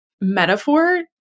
metaphor